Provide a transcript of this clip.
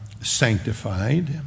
sanctified